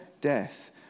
death